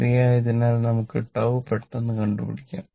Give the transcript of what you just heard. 3 ആയതിനാൽ നമുക്ക് τ പെട്ടെന്ന് കണ്ടുപിടിക്കാം